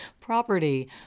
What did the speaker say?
property